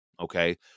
Okay